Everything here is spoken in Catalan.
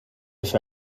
això